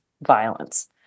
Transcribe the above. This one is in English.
violence